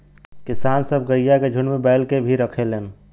किसान सब गइया के झुण्ड में बैल के भी रखेलन